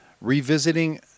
revisiting